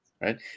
right